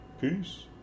Peace